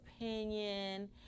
opinion